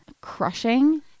crushing